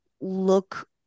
look